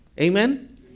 Amen